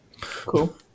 Cool